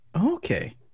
okay